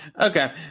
Okay